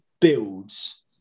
builds